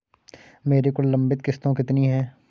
मेरी कुल लंबित किश्तों कितनी हैं?